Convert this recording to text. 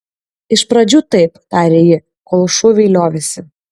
iš pradžių taip tarė ji kol šūviai liovėsi